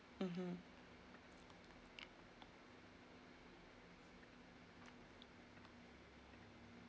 mmhmm